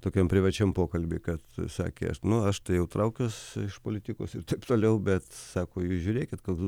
tokiam privačiam pokalbiui kad sakė nu aš tai jau traukiuos iš politikos ir taip toliau bet sako jūs žiūrėkit kad